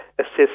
assist